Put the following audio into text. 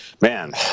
Man